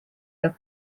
peab